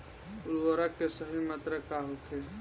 उर्वरक के सही मात्रा का होखे?